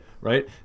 right